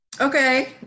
Okay